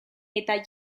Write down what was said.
eta